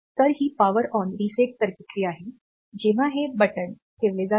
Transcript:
तर ही power on reset circuitry आहे जेव्हा हे बटण ठेवले जाते